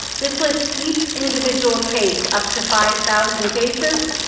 this lists each individual case up to five thousand cases.